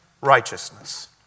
righteousness